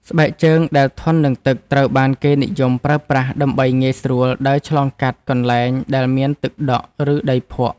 ស្បែកជើងដែលធន់នឹងទឹកត្រូវបានគេនិយមប្រើប្រាស់ដើម្បីងាយស្រួលដើរឆ្លងកាត់កន្លែងដែលមានទឹកដក់ ឬដីភក់។